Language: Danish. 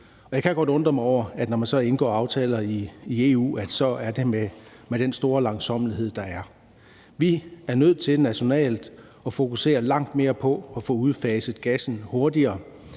kan jeg godt undre mig over, at det sker med den store grad af langsommelighed, det gør. Vi er nødt til nationalt at fokusere langt mere på at få udfaset gassen hurtigere.